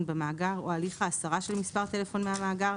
במאגר או הליך ההסרה של מספר טלפון מהמאגר,